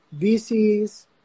VCs